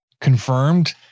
confirmed